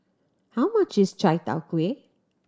how much is Chai Tow Kuay